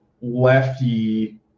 lefty